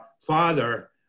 father